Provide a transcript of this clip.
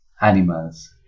animals